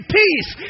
peace